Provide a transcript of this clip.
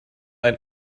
ein